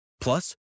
Plus